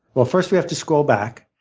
but first we have to scroll back.